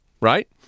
right